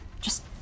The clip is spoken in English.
Just-